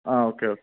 ആ ഓക്കെ